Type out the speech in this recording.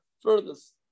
furthest